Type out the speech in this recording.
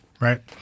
right